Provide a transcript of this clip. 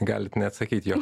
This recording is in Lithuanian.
galit neatsakyt jo